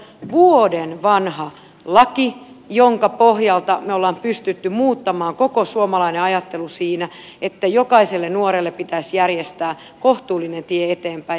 nuorisotakuu on vuoden vanha laki jonka pohjalta me olemme pystyneet muuttamaan koko suomalaisen ajattelun siinä että jokaiselle nuorelle pitäisi järjestää kohtuullinen tie eteenpäin